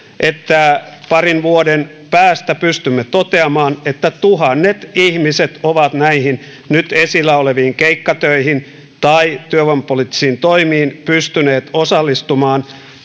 että parin vuoden päästä pystymme toteamaan että tuhannet ihmiset ovat näihin nyt esillä oleviin keikkatöihin tai työvoimapoliittisiin toimiin pystyneet osallistumaan